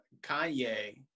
Kanye